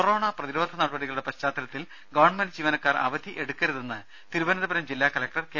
corona പ്രതിരോധ നടപടികളുടെ പശ്ചാത്തലത്തിൽ ഗവൺമെൻറ് ജീവനക്കാർ അവധി എടുക്കരുതെന്ന് തിരുവനന്തപുർം ജില്ലാ കലക്ടർ കെ